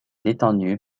détenu